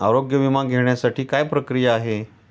आरोग्य विमा घेण्यासाठी काय प्रक्रिया आहे?